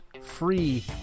free